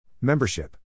Membership